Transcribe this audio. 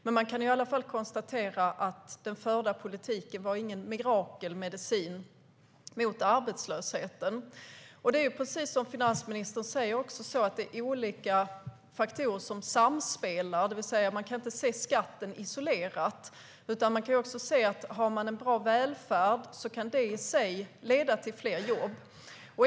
Men man kan i alla fall konstatera att den förda politiken inte var någon mirakelmedicin mot arbetslösheten. Precis som finansministern säger är det olika faktorer som samspelar. Man kan inte se skatten isolerad. Man kan se att har man en bra välfärd kan det i sig leda till fler jobb.